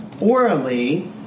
orally